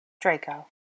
Draco